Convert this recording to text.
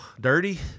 Dirty